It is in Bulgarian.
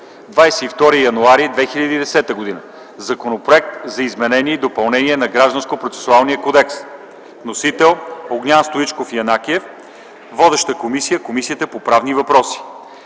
22 януари 2010 г. – Законопроект за изменение и допълнение на Гражданския процесуален кодекс. Вносител – Огнян Стоичков Янакиев. Водеща е Комисията по правни въпроси.